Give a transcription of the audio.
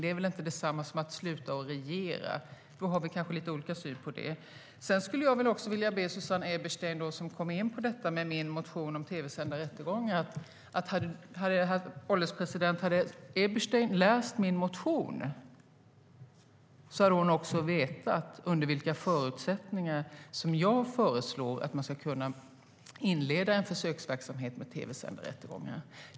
Det är väl inte detsamma som att sluta regera. Då har vi kanske lite olika syn på det. Susanne Eberstein kom in på min motion om tv-sända rättegångar. Hade Eberstein läst min motion hade hon vetat under vilka förutsättningar som jag föreslår att man ska kunna inleda en försöksverksamhet med tv-sända rättegångar.